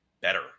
better